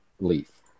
leaf